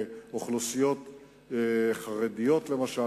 לאוכלוסיות חרדיות למשל,